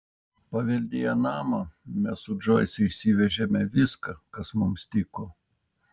paveldėję namą mes su džoise išsivežėme viską kas mums tiko